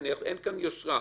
אין כאן יושרה.